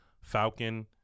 Falcon